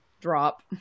drop